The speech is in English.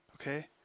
okay